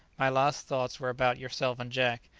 my last thoughts were about yourself and jack.